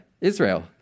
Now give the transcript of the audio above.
Israel